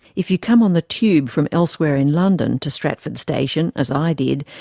if you come on the tube from elsewhere in london to stratford station, as i did,